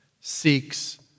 seeks